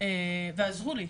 ועזרו לי,